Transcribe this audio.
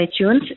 iTunes